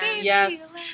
Yes